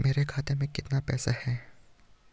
मेरे खाते में कितना पैसा है?